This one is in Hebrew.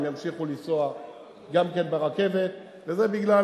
הם ימשיכו לנסוע גם כן ברכבת, וזה בגלל